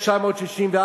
1964,